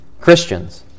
Christians